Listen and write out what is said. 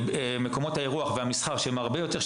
במקומות האירוח והמסחר שם הם יותר מועסקים,